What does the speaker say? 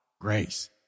grace